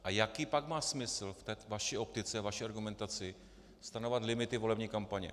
A jaký pak má smysl v té vaší optice, vaší argumentaci, stanovovat limity volební kampaně?